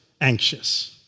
anxious